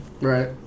right